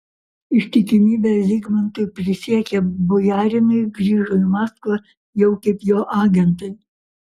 ištikimybę zigmantui prisiekę bojarinai grįžo į maskvą jau kaip jo agentai